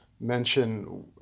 Mention